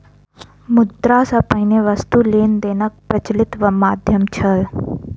मुद्रा सॅ पहिने वस्तु लेन देनक प्रचलित माध्यम छल